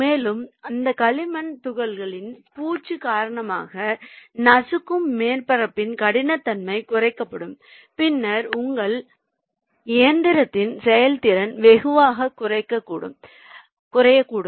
மேலும் அந்த களிமண் துகள்களின் பூச்சு காரணமாக நசுக்கும் மேற்பரப்பின் கடினத்தன்மை குறைக்கப்படும் பின்னர் உங்கள் இயந்திரத்தின் செயல்திறன் வெகுவாகக் குறைக்கப்படும்